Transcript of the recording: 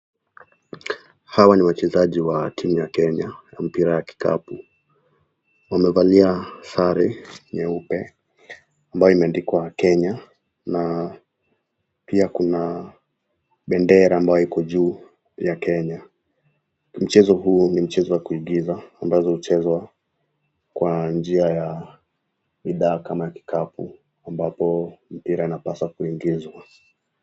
Hawa na wachezaji wa timu ya Kenya ya mpira ya kikapu. Wamevalia sare nyeupe ambayo imeandikwa Kenya na pia kuna bendera ambayo iko juu ya Kenya. Mchezo huu ni mchezo wa kuigiza ambazo huchezwa kwa njia ya bidhaa kama kikapu ambapo mpira unapaswa kuingizwa.